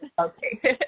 Okay